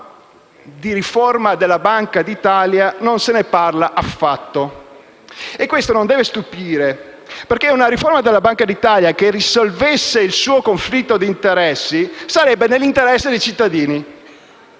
controllo. Di riforma della Banca d'Italia, invece, non si parla affatto. E questo non deve stupire, perché una riforma della Banca d'Italia che risolva il suo conflitto di interessi sarebbe nell'interesse dei cittadini,